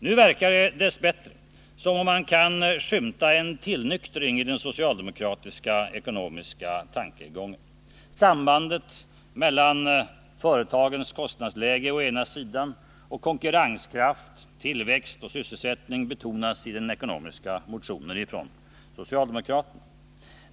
Nu verkar det dess bättre som om man kan skymta en tillnyktring i den socialdemokratiska ekonomiska tankegången. Sambandet mellan företagens kostnadsläge å ena sidan och konkurrenskraft, tillväxt och sysselsättning å andra sidan betonas i den ekonomiska motionen från socialdemokraterna.